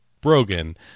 brogan